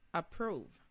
approve